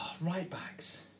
right-backs